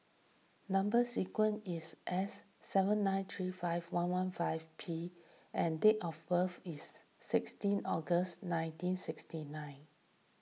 Number Sequence is S seven nine three five one one five P and date of birth is sixteenth August nineteen sixty nine